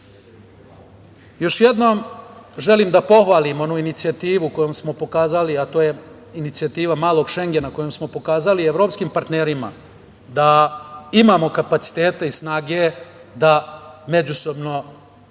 jednom želim da pohvalim onu inicijativu kojom smo pokazali, a to je inicijativa malog Šengena, kojom smo pokazali evropskim partnerima da imamo kapacitete i snage da međusobno